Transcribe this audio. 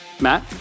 Matt